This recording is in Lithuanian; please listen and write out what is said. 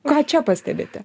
ką čia pastebite